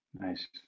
Nice